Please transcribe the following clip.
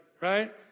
right